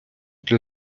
для